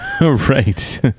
right